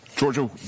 Georgia